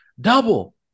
Double